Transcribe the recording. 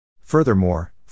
Furthermore